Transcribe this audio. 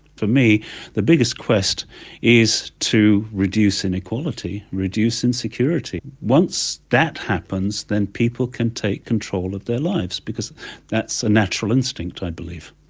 for me the biggest quest is to reduce inequality, reduce insecurity. once that happens then people can take control of their lives because that's a natural instinct i believe.